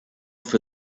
for